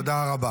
תודה רבה.